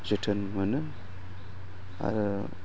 जोथोन मोनो आरो